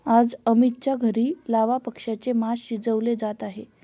आज अमितच्या घरी लावा पक्ष्याचे मास शिजवले जात आहे